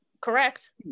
Correct